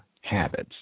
habits